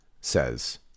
says